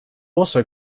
also